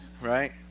Right